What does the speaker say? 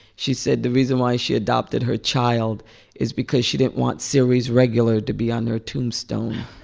she said the reason why she adopted her child is because she didn't want series regular to be on her tombstone